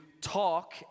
talk